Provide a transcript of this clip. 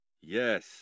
yes